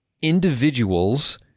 individuals